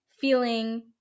feeling